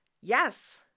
Yes